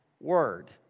word